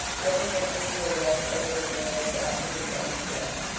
i think an angel walks over the world after the sun sets.